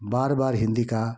बार बार हिन्दी का